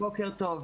בוקר טוב.